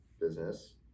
business